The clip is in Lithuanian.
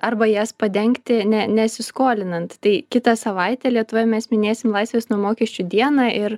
arba jas padengti ne nesiskolinant tai kitą savaitę lietuvoje mes minėsim laisvės nuo mokesčių dieną ir